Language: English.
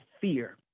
fear